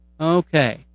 Okay